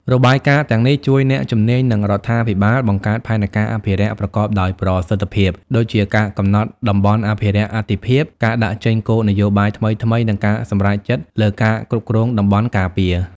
របាយការណ៍ទាំងនេះជួយអ្នកជំនាញ និងរដ្ឋាភិបាលបង្កើតផែនការអភិរក្សប្រកបដោយប្រសិទ្ធភាព ដូចជាការកំណត់តំបន់អភិរក្សអាទិភាព ការដាក់ចេញគោលនយោបាយថ្មីៗ និងការសម្រេចចិត្តលើការគ្រប់គ្រងតំបន់ការពារ។